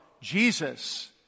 Jesus